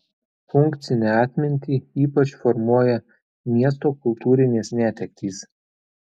funkcinę atmintį ypač formuoja miesto kultūrinės netektys